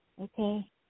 okay